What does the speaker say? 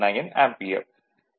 9 ampere